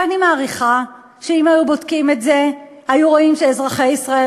ואני מעריכה שאם היו בודקים את זה היו רואים שאזרחי ישראל